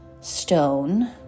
stone